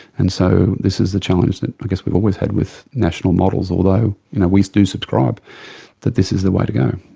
and so this is the challenge that i guess we've always had with national models, although we do subscribe that this is the way to go.